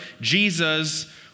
Jesus